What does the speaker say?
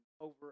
over